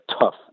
tough